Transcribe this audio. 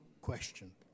question